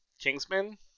Kingsman